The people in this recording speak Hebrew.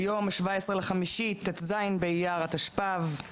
היום ה-17 במאי 2022, ט"ז באייר התשפ"ב.